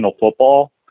football